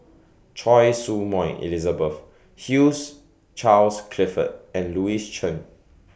Choy Su Moi Elizabeth Hugh Charles Clifford and Louis Chen